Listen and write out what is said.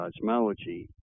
cosmology